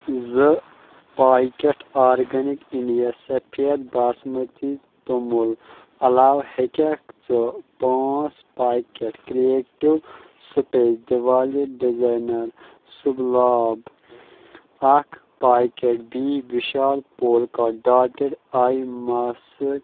زٕ packet organic Indian سَفید باسمٔتی توٚمٚل عَلاو ہیٚکیٚکھ ژٕ پانٛژھ پاکیٚٹ کرٛیکٹِو سٕپیس دوالِٹ ڈِزاینَر سُبلاب اَکھ پاکیٚٹ بھی بِشال پورکا ڈاٹِڈ آے ماسٕک